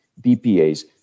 BPAs